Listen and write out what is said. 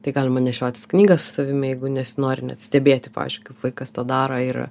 tai galima nešiotis knygą su savimi jeigu nesinori net stebėti pavyzdžiui kaip vaikas tą daro ir